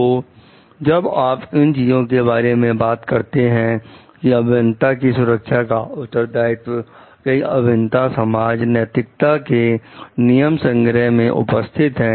तो जब आप इन चीजों के बारे में बात करते हैं की अभियंता की सुरक्षा का उत्तरदायित्व कई अभियंता समाज नैतिकता के नियम संग्रह में उपस्थित है